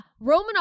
Romanov